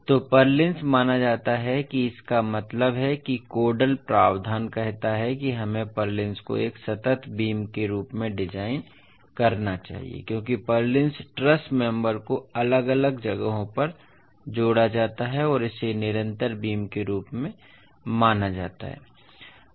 तो पुर्लिन्स माना जाता है कि इसका मतलब है कि कोडल प्रावधान कहता है कि हमें पुर्लिन्स को एक सतत बीम के रूप में डिज़ाइन करना चाहिए क्योंकि पुर्लिन्स ट्रस मेम्बर्स को अलग अलग जगहों पर जोड़ा जाता है और इसे निरंतर बीम के रूप में माना जाता है